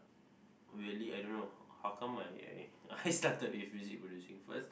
really I don't know how come I I I started with music producing first